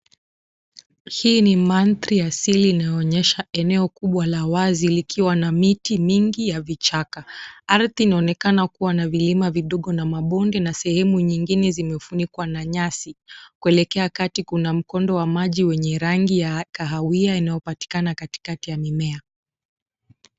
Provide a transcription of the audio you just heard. Hii ni mandhari asili inayoonyesha eneo kubwa la wazi likiwa na miti mingi ya vichaka. Ardhi inaonekana kuwa na vilima vidogo na mabonde na sehemu nyingine zimefunikwa na nyasi. Kuelekea kati kuna mkondo wa maji wenye rangi ya kahawia inayopatikana katikati ya mimea.